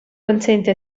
consente